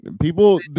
People